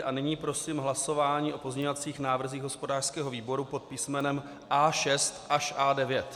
A nyní prosím hlasování o pozměňovacích návrzích hospodářského výboru pod písmenem A6 až A9.